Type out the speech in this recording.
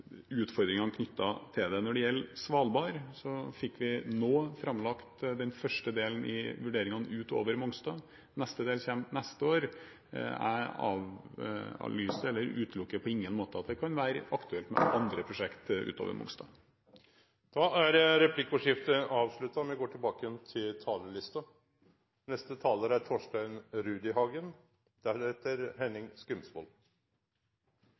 utfordringene knyttet til det. Når det gjelder Svalbard, fikk vi nå framlagt den første delen i vurderingene utover Mongstad, neste del kommer neste år. Jeg utelukker på ingen måte at det kan være aktuelt med andre prosjekt utover Mongstad. Replikkordskiftet er over. Det er mange viktige budsjettdebattar om dagen på viktige politikkområde. Eg skal ikkje påstå at energi- og miljøpolitikken er